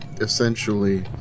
essentially